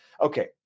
Okay